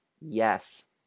Yes